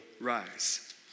rise